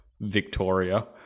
Victoria